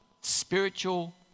spiritual